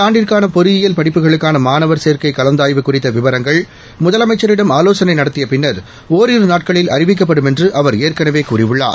ஆண்டுக்கான பொறியியல் படிப்புகளுக்கான மாணவர் சேர்க்கை கலந்தாய்வு குறித்த விவரங்கள் இந்த முதலம்ச்சரிடம் ஆலோசனை நடத்திய பிள்ளர் ஒரிரு நாளில் அறிவிக்கப்படும் என்று அவர் ஏற்களவே கூறியுள்ளார்